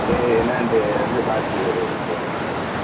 சரி என்னென்ட்டு வந்துப் பார்த்து சொல்லுங்கள்